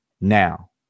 now